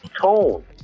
tone